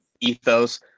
ethos